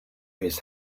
his